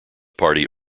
party